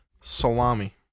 salami